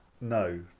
No